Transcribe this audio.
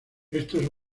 estos